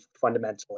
fundamentally